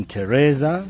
Teresa